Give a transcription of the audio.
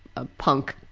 a punk-like